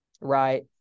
right